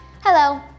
Hello